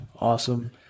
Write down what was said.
Awesome